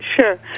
Sure